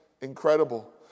incredible